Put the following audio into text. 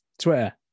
Twitter